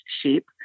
sheep